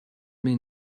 rhaid